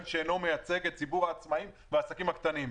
שאינו מייצג את ציבור העצמאים והעסקים הקטנים.